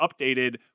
updated